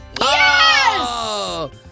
Yes